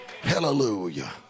Hallelujah